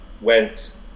went